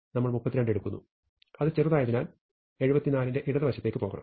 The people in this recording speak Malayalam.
നമ്മൾ 32 എടുക്കുന്നു അത് ചെറുതായതിനാൽ അത് 74 ന്റെ ഇടതുവശത്തേക്ക് പോകണം